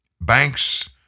Banks